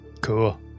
Cool